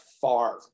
far